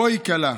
בואי כלה.